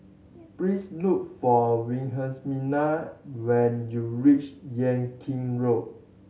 please look for Wilhelmina when you reach Yan Kit Road